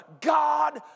God